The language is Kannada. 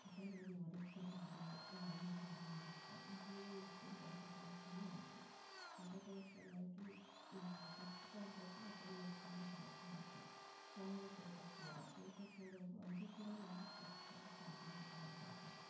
ಚೆನ್ನಾಗಿ ಓದಕ್ಕೆ ಶುರು ಮಾಡಿದೆ ಇಂಜಿನಿಯರಿಂಗ್ ಮುಗಿಸ್ದೆ ಇಂಜಿನಿಯರಿಂಗ್ ಮುಗಿಸಿ ಕ್ಯಾಂಪಸ್ ಸೆಲೆಕ್ಷನ್ನೂ ಆಯಿತು ಕ್ಯಾಂಪಸ್ ಸೆಲೆಕ್ಷನ್ ಆಗಿ ಫಸ್ಟ್ ಕ್ಯಾಂಪಸ್ಸೆ ಅಟೆಂಡ್ ಮಾಡ್ತಿದ್ದಂಗೆ ಸೆಲೆಕ್ಷನ್ ಆಯಿತು ಆವಾಗ ಕೆಲ್ಸಕ್ಕೆ ಹೋದೆ ಕೆಲ್ಸಕ್ಕೆ ಹೋದಾಗ್ಲೂ ಅದೂ ಕೂಡ ನನ್ನ ಫಸ್ಟ್ ಸಾಧನೆ ಅಂತನೇ ಹೇಳ್ಬೋದು